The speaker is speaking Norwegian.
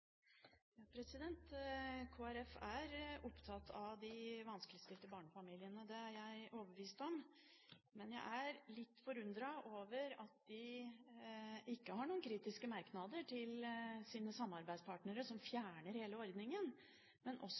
opptatt av de vanskeligstilte barnefamiliene – det er jeg overbevist om. Men jeg er litt forundret over at de ikke har noen kritiske merknader til sine samarbeidspartnere, som fjerner hele ordningen, og også